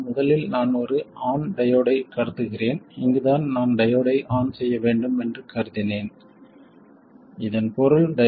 முதலில் நான் ஒரு ON டையோடைக் கருதுகிறேன் இங்குதான் நான் டையோடை ஆன் செய்ய வேண்டும் என்று கருதினேன் இதன் பொருள் டையோடு வோல்ட்டேஜ் 0